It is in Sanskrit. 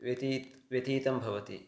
व्यतीतं व्यतीतं भवति